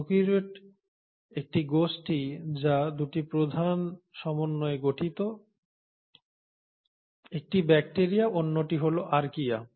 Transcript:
prokaryote একটি গোষ্ঠী যা 2টি প্রধান সমন্বয়ে গঠিত একটি ব্যাকটিরিয়া অন্যটি হল আর্কিয়া